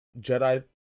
Jedi